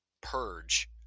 purge